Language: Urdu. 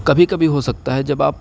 کبھی کبھی ہو سکتا ہے جب آپ